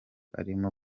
arimo